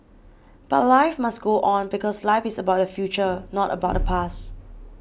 but life must go on because life is about the future not about the past